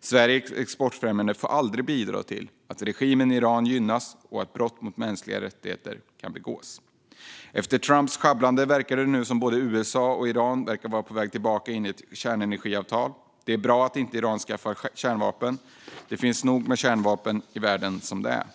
Sveriges exportfrämjande får aldrig bidra till att regimen i Iran gynnas eller att brott mot de mänskliga rättigheterna begås. Efter Trumps sjabblande verkar nu både USA och Iran vara på väg tillbaka in i ett kärnenergiavtal. Det är bra att Iran inte skaffar kärnvapen. Det finns nog med kärnvapen i världen som det är.